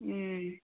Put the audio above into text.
ꯎꯝ